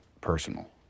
personal